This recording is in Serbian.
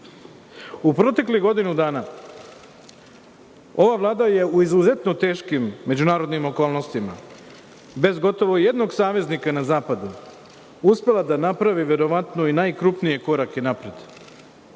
proteklih godinu dana, ova Vlada je u izuzetno teškim međunarodnim okolnostima, bez gotovo ijednog saveznika na zapadu, uspela da napravi verovatno i najkrupnije korake napred.